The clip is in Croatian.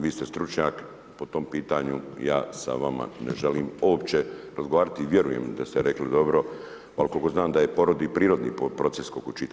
Vi ste stručnjak po tom pitanju, ja sa vama ne želim uopće razgovarati i vjerujem da ste rekli dobro, ali koliko znam da je porod i prirodni proces, koliko čitam.